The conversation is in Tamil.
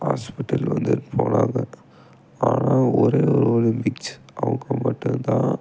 ஹாஸ்பிட்டல் வந்துட்டு போனாங்க ஆனால் ஒரே ஒரு ஒலிம்பிக்ச் அவங்க மட்டும்தான்